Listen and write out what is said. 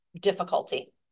difficulty